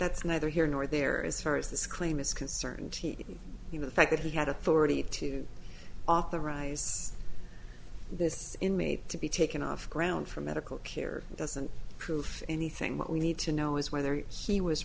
that's neither here nor there as far as this claim is concerned you know the fact that he had authority to authorize this inmate to be taken off the ground for medical care doesn't prove anything what we need to know is whether he was